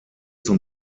zum